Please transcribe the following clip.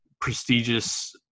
prestigious